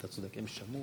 אתם יכולים להתקדם,